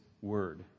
word